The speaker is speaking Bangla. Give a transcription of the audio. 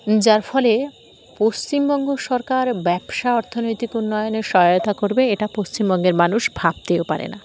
যার ফলে পশ্চিমবঙ্গ সরকার ব্যবসা অর্থনৈতিক উন্নয়নে সহায়তা করবে এটা পশ্চিমবঙ্গের মানুষ ভাবতেও পারে না